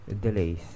delays